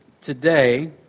Today